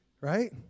Right